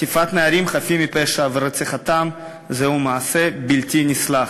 חטיפת נערים חפים מפשע ורציחתם הן מעשה בלתי נסלח,